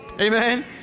Amen